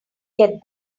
get